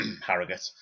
harrogate